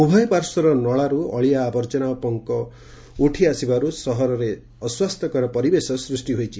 ଉଭୟ ପାର୍ଶ୍ୱର ନଳାରୁ ଅଳିଆ ଆବର୍ଜନା ଓ ପଙ୍କ ଉଠିଆସିବାରୁ ସହରେ ଅସ୍ୱାସ୍ଥ୍ୟକର ପରିବେଶ ସୃଷି କରିଛି